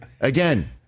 Again